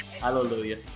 Hallelujah